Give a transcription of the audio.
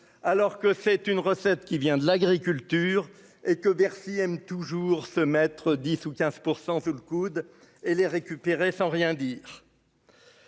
alors que c'est une recette qui vient de l'agriculture et que Bercy aime toujours se mettre 10 ou 15 % sous le coude et les récupérer sans rien dire.